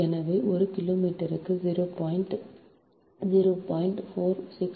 எனவே ஒரு கிலோமீட்டருக்கு 0